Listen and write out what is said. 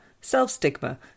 self-stigma